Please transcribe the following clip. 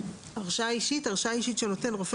"הרשאה אישית" הרשאה אישית שנותן רופא